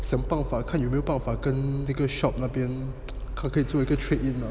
想办法看有没有办法跟那个 shop 那边可不可以做一个 trade in lah